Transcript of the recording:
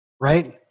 right